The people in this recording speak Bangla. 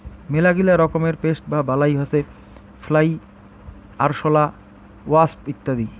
মেলাগিলা রকমের পেস্ট বা বালাই হসে ফ্লাই, আরশোলা, ওয়াস্প ইত্যাদি